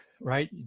right